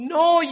no